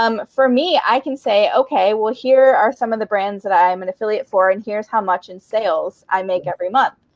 um for me, i can say, well, here are some of the brands that i am an affiliate for. and here's how much in sales i make every month.